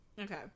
Okay